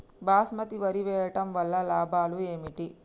బాస్మతి వరి వేయటం వల్ల లాభాలు ఏమిటి?